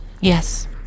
Yes